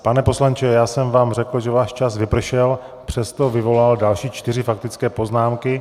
Pane poslanče, já jsem vám řekl, že váš čas vypršel, přesto vyvolal další čtyři faktické poznámky.